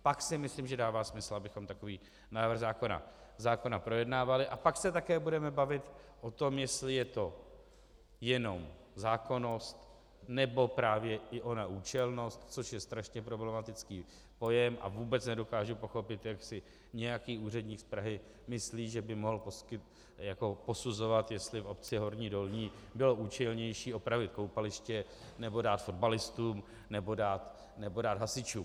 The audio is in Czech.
Pak si myslím, že dává smysl, abychom takový návrh zákona projednávali, a pak se také budeme bavit o tom, jestli je to jenom zákonnost, nebo právě i ona účelnost, což je strašně problematický pojem, a vůbec nedokážu pochopit, jak si nějaký úředník z Prahy myslí, že by mohl posuzovat, jestli v obci Horní Dolní bylo účelnější opravit koupaliště, nebo dát fotbalistům, nebo dát hasičům.